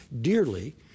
dearly